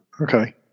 Okay